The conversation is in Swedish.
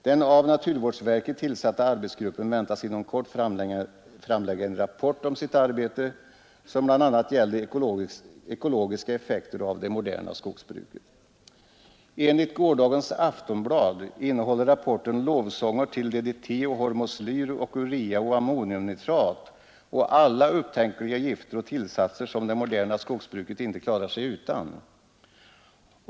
Den av naturvårdsverket tillsatta arbetsgruppen väntas inom kort framlägga en rapport om sitt arbete, som bl.a. gäller ekologiska effekter av det moderna skogsbruket. Enligt en artikel i tidningen Aftonbladet i går innehåller rapporten lovsånger till DDT, hormoslyr, urea och ammoniumnitrat samt alla andra upptänkliga gifter och tillsatser som det moderna skogsbruket inte klarar sig utan.